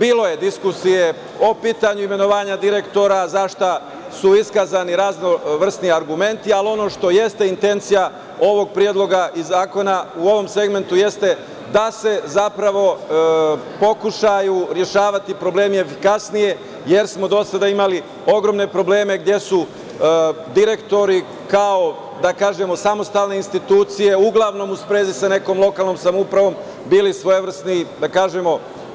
Bilo je diskusije o pitanju imenovanja direktora, zašta su iskazani raznovrsni argumenti, ali ono što jeste intencija ovog predloga zakona u ovom segmentu jeste da se zapravo pokušaju rešavati problemi efikasnije, jer smo do sada imali ogromne probleme gde su direktori, da tako kažemo, kao samostalne institucije uglavnom u sprezi sa nekom lokalnom samoupravom bili svojevrsni